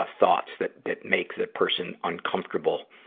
ah thoughts that, that make the person uncomfortable.